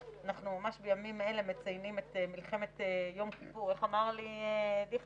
ממש בימים אלה מציינים את מלחמת יום כיפור איך אמר לי דיכטר,